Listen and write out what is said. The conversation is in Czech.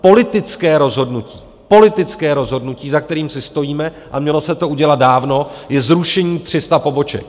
Politické rozhodnutí politické rozhodnutí za kterým si stojíme, a mělo se to udělat dávno, je zrušení 300 poboček.